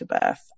birth